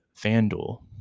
FanDuel